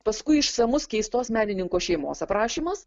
paskui išsamus keistos menininko šeimos aprašymas